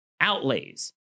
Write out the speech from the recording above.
Outlays